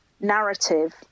narrative